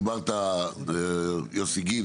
דיברת יוסי גיל,